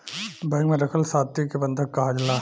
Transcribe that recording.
bank में रखल थाती के बंधक काहाला